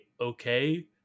okay